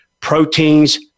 proteins